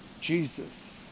Jesus